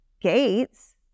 Gates